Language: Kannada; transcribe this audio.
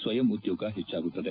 ಸ್ವಯಂ ಉದ್ಯೋಗ ಹೆಚ್ಚಾಗುತ್ತದೆ